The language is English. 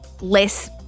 less